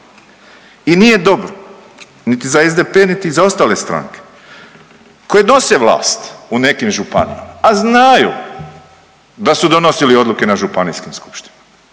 I nije dobro niti za SDP niti za ostale stranke koje nose vlast u nekim županijama, a znaju da su donosili odluke na županijskim skupštinama